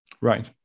Right